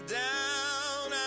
down